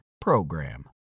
PROGRAM